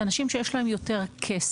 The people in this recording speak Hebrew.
אלו אנשים שיש להם יותר כסף.